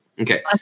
Okay